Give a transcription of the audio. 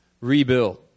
rebuild